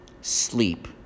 sleep